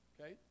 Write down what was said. Okay